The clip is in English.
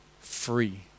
free